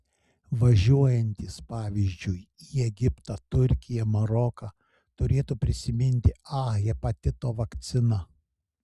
važiuojantys pavyzdžiui į egiptą turkiją maroką turėtų prisiminti a hepatito vakciną